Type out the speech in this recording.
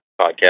podcast